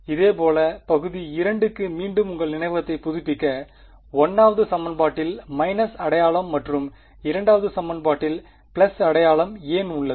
இதேபோல் பகுதி 2 க்கு மீண்டும் உங்கள் நினைவகத்தைப் புதுப்பிக்க 1 வது சமன்பாட்டில் மைனஸ் அடையாளம் மற்றும் 2 வது சமன்பாட்டில் பிளஸ் அடையாளம் ஏன் உள்ளது